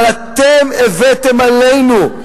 אבל אתם הבאתם עלינו,